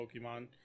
pokemon